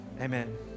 amen